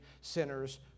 sinners